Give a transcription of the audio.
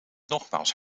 nogmaals